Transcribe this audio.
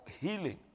healing